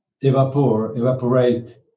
evaporate